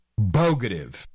bogative